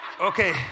okay